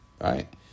right